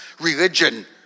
religion